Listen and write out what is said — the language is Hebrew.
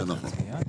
זה נכון.